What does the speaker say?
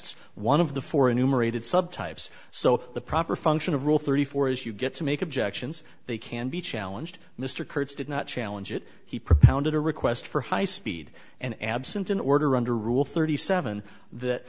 s one of the four enumerated subtypes so the proper function of rule thirty four is you get to make objections they can be challenged mr kurtz did not challenge it he propounded a request for high speed and absent an order under rule thirty seven that